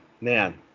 man